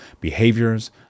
behaviors